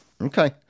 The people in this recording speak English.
Okay